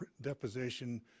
deposition